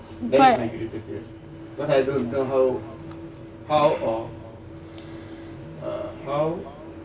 but